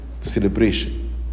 celebration